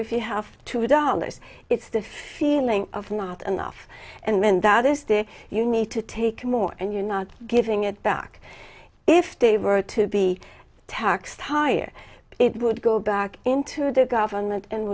if you have two dollars it's the feeling of not enough and then that is there you need to take more and you're not giving it back if they were to be taxed higher it would go back into the government and